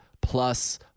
plus